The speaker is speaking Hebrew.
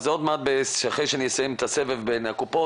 אז עוד מעט לאחר שאסיים את הסבב בין הקופות